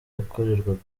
yakorerwaga